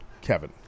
Kevin